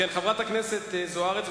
חברת הכנסת זוארץ,